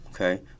okay